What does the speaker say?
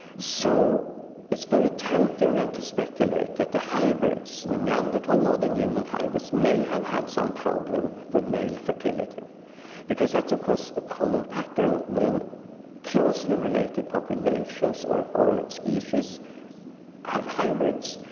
so it's very tempting then to speculate that the hybrids, and and neanderthal-modern human hybrids may have had some problem for male fertility because that's, of course, a common pattern when closely related populations or or species have hybrids,